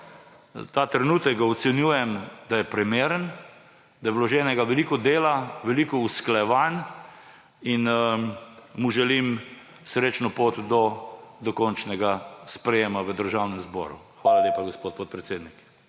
Ta trenutek ga ocenjujem, da je primeren, da je vloženega veliko dela, veliko usklajevanj, in mu želim srečno pot do končnega sprejema v Državnem zboru. Hvala lepa, gospod podpredsednik.